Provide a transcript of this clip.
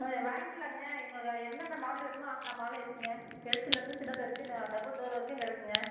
ஆ வாங்கிக்கலாங்க உங்களுக்கு என்னென்ன மாடல் வேணுமோ எல்லா மாடலும் இருக்குங்க பெருசுலேருந்து சின்னது வரைக்கும் டபுள் டோர் வரைக்கும் இங்கே இருக்குங்க